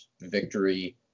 victory